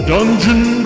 Dungeon